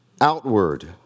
outward